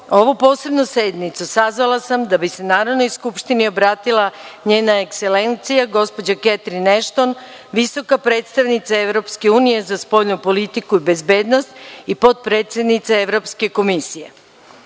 ovu posebnu sednicu sazvala sam da bi se Narodnoj skupštini obratila njena ekselencija, gospođa Ketrin Ešton, visoka predstavnica Evropske unije za spoljnu politiku i bezbednost i potpredsednica Evropskekomisije. Čast